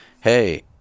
hey